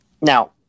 now